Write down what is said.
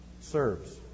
serves